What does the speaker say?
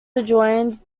adjoined